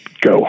Go